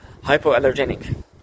hypoallergenic